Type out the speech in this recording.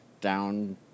down